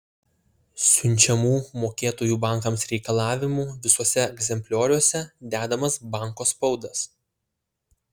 siunčiamų mokėtojų bankams reikalavimų visuose egzemplioriuose dedamas banko spaudas